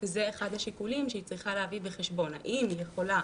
זה אחד השיקולים שהיא צריכה להביא בחשבון האם היא יכולה